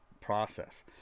process